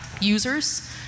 users